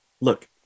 look